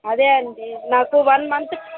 అదే అండి నాకు వన్ మంత్